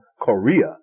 Korea